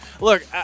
Look